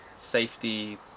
safety